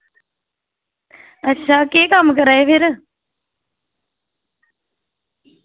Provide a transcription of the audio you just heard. अच्छा केह् कम्म करा दे फिर